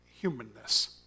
humanness